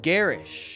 Garish